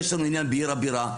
יש לנו עניין בעיר הבירה.